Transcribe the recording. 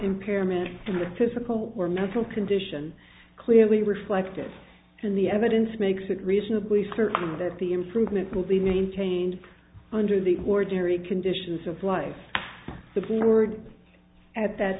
impairment in the physical or mental condition clearly reflected in the evidence makes it reasonably certain that the improvement will be maintained under the ordinary conditions of life the board at that